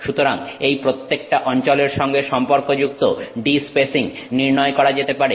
সুতরাং এই প্রত্যেকটা অঞ্চলের সঙ্গে সম্পর্কযুক্ত d স্পেসিং নির্ণয় করা যেতে পারে